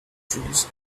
trees